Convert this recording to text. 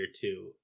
two